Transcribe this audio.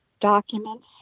documents